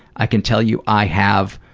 i can tell you, i have